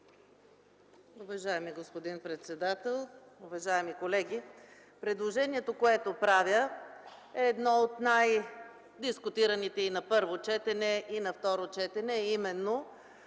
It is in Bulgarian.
Уважаеми господин председател, уважаеми колеги! Предложението, което правя, е едно от най-дискутираните и на първо, и на второ четене, а именно